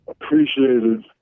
appreciated